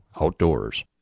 Outdoors